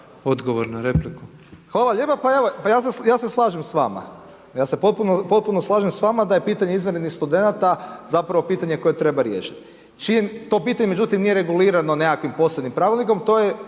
Tomislav (HDZ)** Hvala lijepa, pa evo ja se slažem s vama, ja se potpuno slažem s vama da je pitanje izvanrednih studenata zapravo pitanje koje treba riješiti. To pitanje, međutim nije regulirano nekakvim posebnim pravilnikom to je